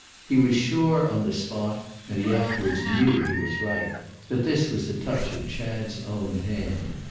he was sure on the spot and he afterwards knew he was right that this was a touch of chad's own hand.